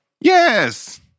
Yes